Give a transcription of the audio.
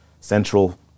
Central